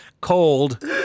cold